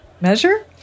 Measure